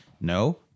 No